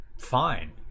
fine